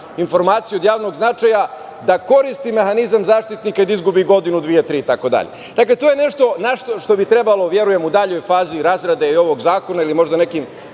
informaciju od javnog značaja da koristi mehanizam zaštitnika i da izgubi godinu, dve, tri itd. Dakle, to je nešto što bi trebalo, verujem, u daljoj fazi razrade i ovog zakona ili možda nekim